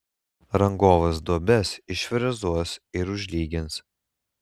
rangovas duobes išfrezuos ir užlygins